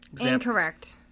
Incorrect